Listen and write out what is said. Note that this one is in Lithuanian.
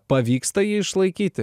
pavyksta jį išlaikyti